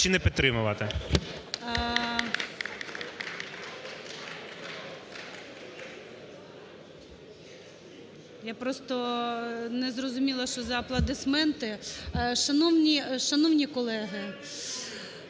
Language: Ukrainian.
Я просто не зрозуміла, що аплодисменти? Шановні колеги!